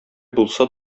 булса